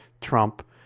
Trump